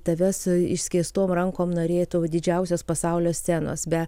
tave su išskėstom rankom norėtų didžiausios pasaulio scenos be